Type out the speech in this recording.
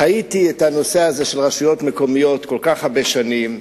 חייתי את העניין הזה של רשויות מקומיות כל כך הרבה שנים,